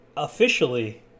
Officially